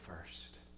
first